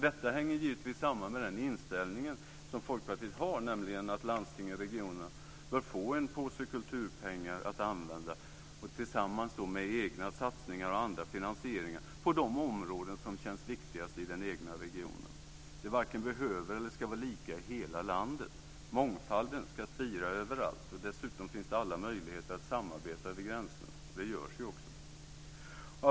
Detta hänger givetvis samman med Folkpartiets inställning att landstingen och regionerna bör få en påse kulturpengar att använda tillsammans med egna satsningar och andra finansieringar på de områden som känns viktigast i den egna regionen. Det varken behöver eller ska vara lika i hela landet. Mångfalden ska spira överallt. Dessutom finns det alla möjligheter att samarbeta över gränserna, och det görs ju också.